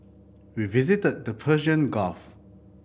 we visited the Persian Gulf